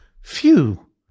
Phew